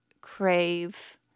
crave